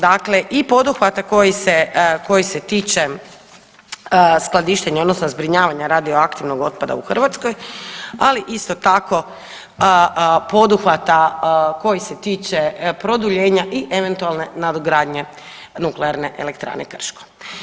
Dakle, i poduhvata koji se tiče skladištenja odnosno zbrinjavanja radioaktivnog otpada u Hrvatskoj, ali isto tako, poduhvata koji se tiče produljenja i eventualne nadogradnje NE Krško.